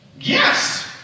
Yes